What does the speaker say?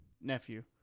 nephew